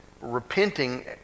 repenting